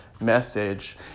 message